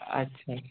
আচ্ছা